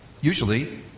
Usually